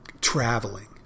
traveling